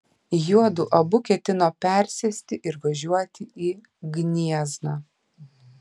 juodu abu ketino persėsti ir važiuoti į gniezną